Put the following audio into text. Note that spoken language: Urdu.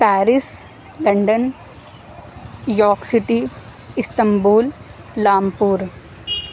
پیرس لنڈن یاک سٹی استنبول لام پور